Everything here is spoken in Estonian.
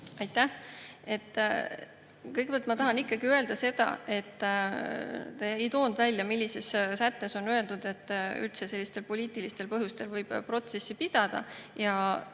Aitäh! Kõigepealt ma tahan ikkagi öelda seda, et te ei toonud välja, millises sättes on öeldud, et üldse sellistel poliitilistel põhjustel võib protsessi pidada. Ja